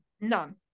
None